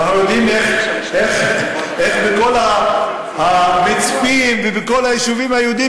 אנחנו יודעים איך בכל המצפים ובכל היישובים היהודיים